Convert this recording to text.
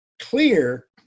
clear